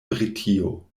britio